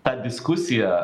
ta diskusija